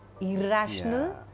irrational